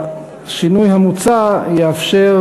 השינוי המוצע יאפשר